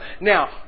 Now